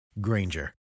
Granger